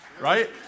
Right